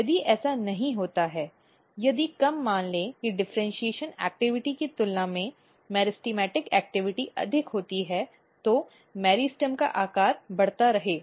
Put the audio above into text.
यदि ऐसा नहीं होता है यदि कम मान लें कि डिफ़र्इन्शीएशन गतिविधि की तुलना में मेरिस्टेमेटिक गतिविधि अधिक होती है तो मेरिस्टेम का आकार बढ़ता रहेगा